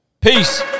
Peace